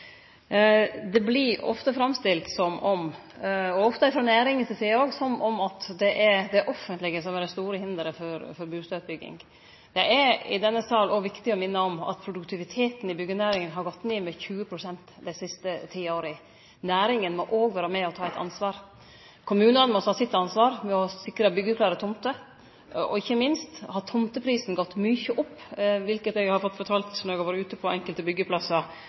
Det vert ofte framstilt som – òg frå næringa si side – som om det er det offentlege som er det store hinderet for bustadutbygging. Det er i denne sal òg viktig å minne om at produktiviteten i byggjenæringa har gått ned med 20 pst. dei siste ti åra. Næringa må òg vere med og ta eit ansvar. Kommunane må ta sitt ansvar med å sikre byggjeklare tomter. Ikkje minst har tomteprisen gått mykje opp, noko eg har vorte fortalt når eg har vore ute på enkelte